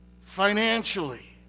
financially